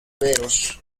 veros